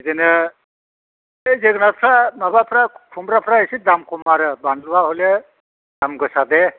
बिदिनो बे जोगोनारफ्रा माबा खुमब्राफ्रा एसे दाम खम आरो बानलुआ हयले दाम गोसा दे